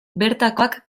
bertakoak